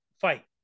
fight